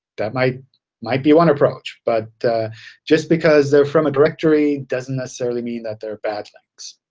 that might might be one approach. but just because they're from a directory doesn't necessarily mean that they're bad links.